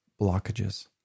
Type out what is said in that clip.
blockages